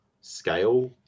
scale